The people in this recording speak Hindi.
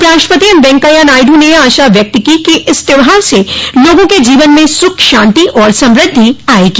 उपराष्ट्रपति एमवेंकैया नायडू ने आशा व्यक्त की कि इस त्यौहार से लोगों के जीवन में सुख शांति और समृद्धि आएगी